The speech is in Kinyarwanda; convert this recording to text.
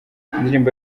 indirimbo